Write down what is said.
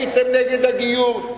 הייתם נגד הגיור,